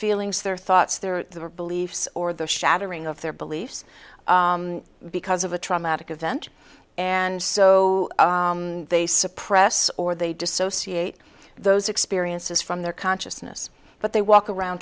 feelings their thoughts their beliefs or the shattering of their beliefs because of a traumatic event and so they suppress or they dissociate those experiences from their consciousness but they walk around